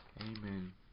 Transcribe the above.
Amen